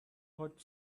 hot